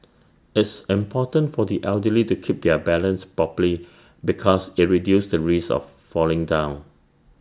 it's important for the elderly to keep their balance properly because IT reduces the risk of falling down